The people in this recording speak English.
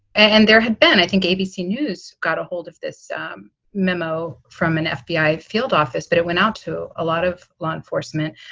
and there had been i think abc news got a hold of this um memo from an fbi field office, but it went out to a lot of law enforcement.